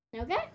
Okay